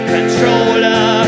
Controller